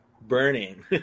Burning